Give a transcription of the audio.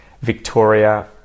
Victoria